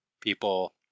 people